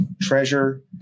treasure